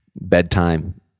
Bedtime